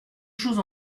chose